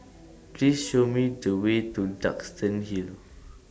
Please Show Me The Way to Duxton Hill